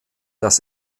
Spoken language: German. das